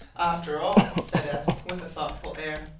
after all, said s, with a thoughtful air,